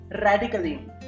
radically